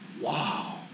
Wow